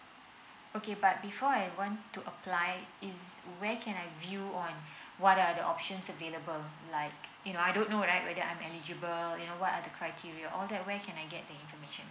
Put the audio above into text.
okay but before I want to apply is where can I view on what are the options available like you know I don't know I whether I'm eligible you know what are the criteria all that where can I get the information